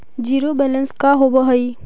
Zero balance का होव हइ?